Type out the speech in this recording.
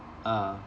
ah